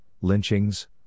lynchings